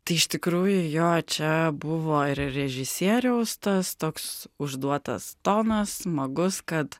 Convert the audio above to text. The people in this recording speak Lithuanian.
tai iš tikrųjų jo čia buvo ir režisieriaus tas toks užduotas tonas smagus kad